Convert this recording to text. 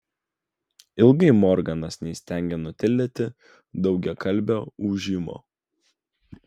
ilgai morganas neįstengė nutildyti daugiakalbio ūžimo